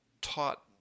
taught